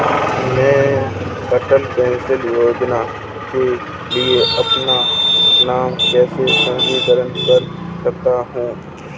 मैं अटल पेंशन योजना के लिए अपना नाम कैसे पंजीकृत कर सकता हूं?